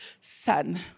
son